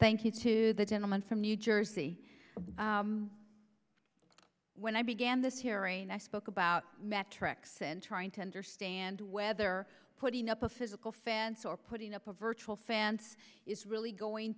thank you to the gentleman from new jersey when i began this hearing i spoke about metrics and trying to understand whether putting up a physical fence or putting up a virtual fence is really going